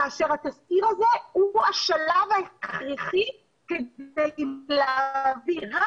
כאשר התסקיר הזה הוא השלב ההכרחי ל- -- רק